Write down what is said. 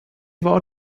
war